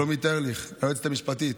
שלומית ארליך, היועצת המשפטית,